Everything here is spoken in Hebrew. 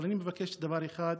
אבל אני מבקש דבר אחד: